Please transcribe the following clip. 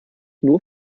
nur